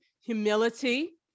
humility